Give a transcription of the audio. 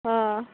अ